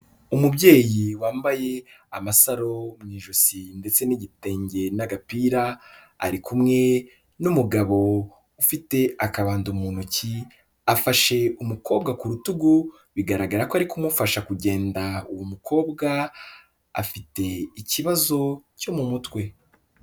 Umubyeyi wambaye amasaro mu ijosi ndetse n'igitenge n'agapira, ari kumwe n'umugabo ufite akabando mu ntoki, afashe umukobwa ku rutugu bigaragara ko ari kumufasha kugenda, uwo mukobwa afite ikibazo cyo mu mutwe.